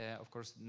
of course,